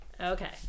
okay